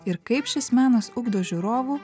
ir kaip šis menas ugdo žiūrovų